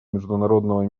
международного